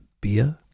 beer